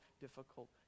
difficult